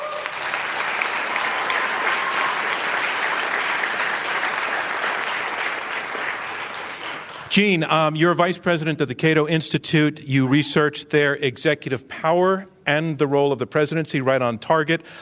um gene, um you are vice president of the cato institute. you research there executive power and the role of the presidency. right on target.